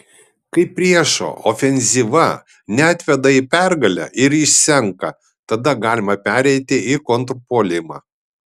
kai priešo ofenzyva neatveda į pergalę ir išsenka tada galima pereiti į kontrpuolimą